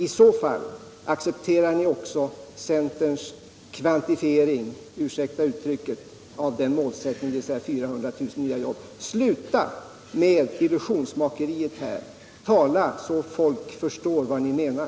I så fall accepterar ni också centerns ”kvantifering” — ursäkta uttrycket — av den målsättningen, dvs. 400 000 nya jobb. Sluta med illusionsmakeriet! Tala så att folk förstår vad ni menar!